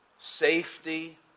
safety